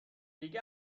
دیگه